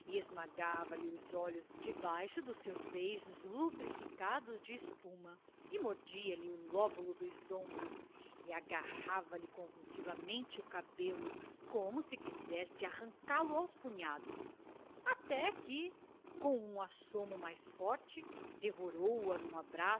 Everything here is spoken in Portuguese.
e esmagava lhe os olhos debaixo dos seus beijos lubrificados de espuma e mordia lhe o lóbulo dos ombros e agarrava lhe convulsivamente o cabelo como se quisesse arrancá-lo aos punhados até que com um assomo mais forte devorou a num abraço